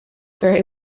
very